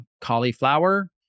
cauliflower